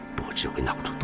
but you cannot